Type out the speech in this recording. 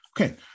Okay